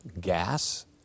gas